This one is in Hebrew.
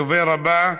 הדובר הבא,